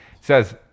says